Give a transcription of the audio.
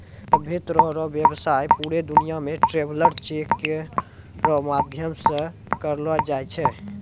सभ्भे तरह रो व्यवसाय पूरे दुनियां मे ट्रैवलर चेक रो माध्यम से करलो जाय छै